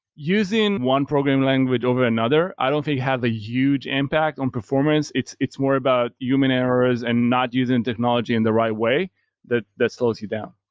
using one programming language over another i don't think have a huge impact on performance. it's it's more about human errors and not using technology in the right way that slows slows you down.